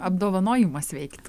apdovanojimas veikt